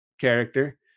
character